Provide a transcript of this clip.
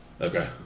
Okay